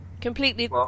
Completely